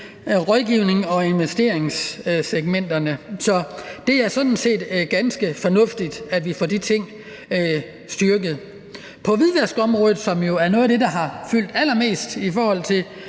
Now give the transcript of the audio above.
rådgivnings- og investeringsprocesserne. Så det er sådan set ganske fornuftigt, at vi får de ting styrket. Netop på hvidvaskområdet, som er noget af det, der har fyldt allermest i vores